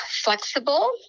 flexible